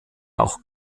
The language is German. auch